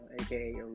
aka